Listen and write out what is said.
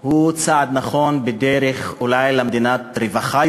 הוא צעד נכון בדרך אולי יותר למדינת רווחה,